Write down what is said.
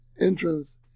entrance